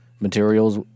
materials